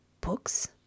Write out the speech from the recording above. books